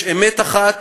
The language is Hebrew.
יש אמת אחת,